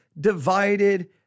divided